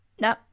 No